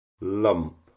Lump